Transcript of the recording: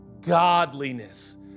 Godliness